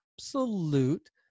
absolute